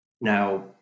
Now